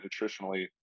nutritionally